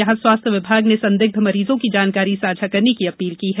यहां स्वास्थ्य विभाग ने संदिग्ध मरीजों की जानकारी साझा करने की अपील की है